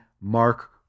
Mark